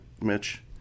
Mitch